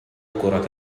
كرة